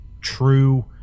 true